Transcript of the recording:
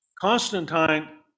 Constantine